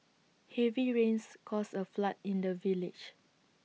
heavy rains caused A flood in the village